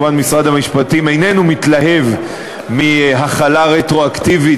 משרד המשפטים כמובן איננו מתלהב מהחלה רטרואקטיבית,